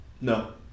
No